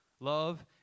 Love